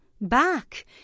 back